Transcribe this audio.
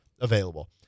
available